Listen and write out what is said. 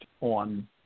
on